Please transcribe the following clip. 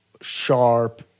sharp